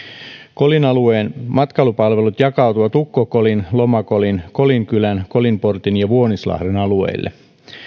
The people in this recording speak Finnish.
kolin alueen matkailupalvelut jakaantuvat ukko kolin loma kolin kolin kylän kolinportin ja vuonislahden alueille